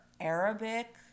Arabic